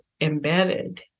embedded